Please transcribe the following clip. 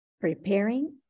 preparing